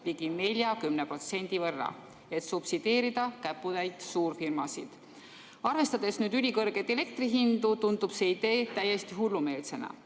ligi 40% võrra, et subsideerida käputäit suurfirmasid. Arvestades ülikõrgeid elektri hindu tundub see idee täiesti hullumeelsena.